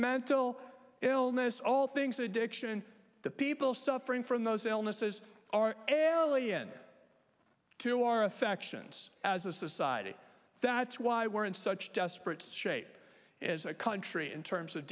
mental illness all things that addiction the people suffering from those illnesses are airlie in to our affections as a society that's why we're in such desperate shape as a country in terms of